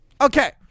Okay